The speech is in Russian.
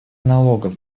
налогов